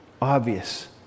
Obvious